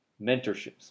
mentorships